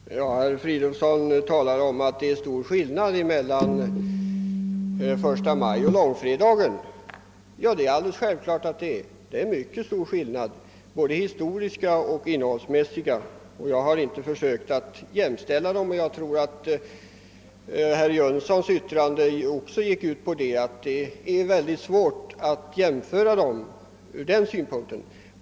Herr talman! Herr Fridolfsson i Stockholm talar om att det är stor skillnad mellan första maj och långfredagen. Ja, det är självklart att så är fallet. Det är mycket stor skillnad, både historiskt och innehållsmässigt. Jag har heller inte försökt att jämställa dessa båda dagar. Jag tror att herr Jönssons i Malmö yttrande också gick ut på att det är svårt att jämföra dessa dagar ur den synpunkten.